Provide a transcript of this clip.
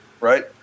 right